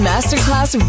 Masterclass